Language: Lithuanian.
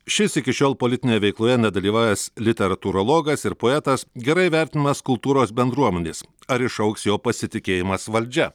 šis iki šiol politinėje veikloje nedalyvavęs literatūrologas ir poetas gerai vertinamas kultūros bendruomenės ar išaugs jo pasitikėjimas valdžia